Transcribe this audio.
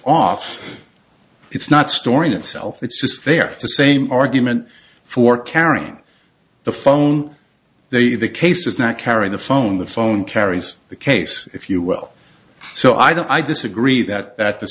off it's not storing itself it's just there the same argument for carrying the phone they the case is not carrying the phone the phone carries the case if you will so i don't i disagree that that th